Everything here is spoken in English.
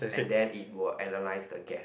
and then it will analyze the gas